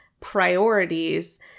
priorities